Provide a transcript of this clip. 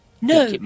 no